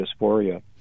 dysphoria